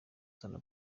cyangwa